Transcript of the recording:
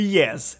yes